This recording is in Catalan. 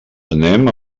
anem